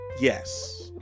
yes